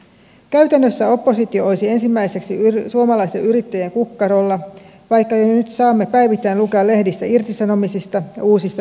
käytännössä oppositio olisi ensimmäiseksi suomalaisten yrittäjien kukkarolla vaikka jo nyt saamme päivittäin lukea lehdistä irtisanomisista ja uusista yt neuvotteluista